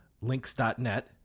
Links.net